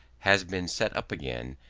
has been set up again,